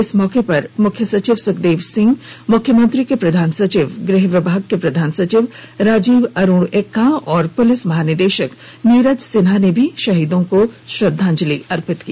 इस मौके पर मुख्य सचिव सुखदेव सिंह मुख्यमंत्री के प्रधान सचिव गृह विभाग के प्रधान सचिव राजीव अरूण एक्का और पुलिस महानिदेशक नीरज सिन्हा ने भी शहीदों को श्रद्वांजलि दी